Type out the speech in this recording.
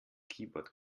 keyboard